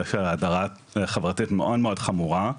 יש הדרה חברתית מאוד מאוד חמורה,